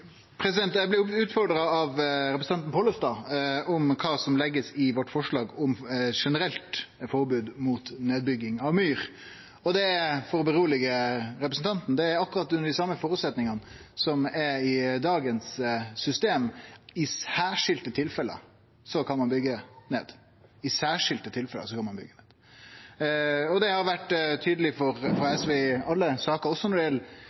Eg blei utfordra av representanten Pollestad om kva som ligg i forslaget vårt om eit generelt forbod mot nedbygging av myr. For å roe representanten: Det er akkurat dei same føresetnadene som er under dagens system – i særskilde tilfelle kan ein byggje ned. I særskilde tilfelle kan ein byggje ned. Dette har vore tydeleg for SV i alle saker, også når det gjeld